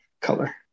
color